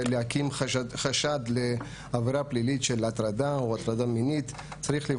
אני יכול לשער שזה נועד בשביל להסיר את התוכנה הזאת,